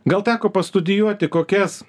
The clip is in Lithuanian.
gal teko pastudijuoti kokias